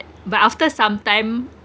but after some time